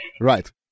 Right